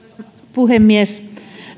puhemies